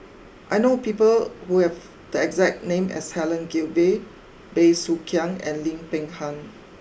I know people who have the exact name as Helen Gilbey Bey Soo Khiang and Lim Peng Han